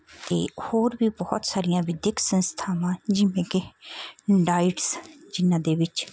ਅਤੇ ਹੋਰ ਵੀ ਬਹੁਤ ਸਾਰੀਆਂ ਵਿਦਿਅਕ ਸੰਸਥਾਵਾਂ ਜਿਵੇਂ ਕਿ ਡਾਇਟਸ ਜਿਨ੍ਹਾਂ ਦੇ ਵਿੱਚ